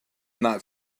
not